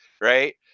Right